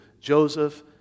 Joseph